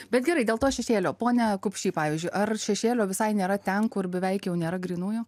bet gerai dėl to šešėlio pone kupšy pavyzdžiui ar šešėlio visai nėra ten kur beveik jau nėra grynųjų